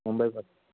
मुंबईपासून